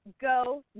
Go